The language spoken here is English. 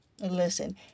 Listen